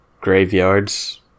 graveyards